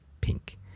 pink